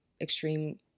extreme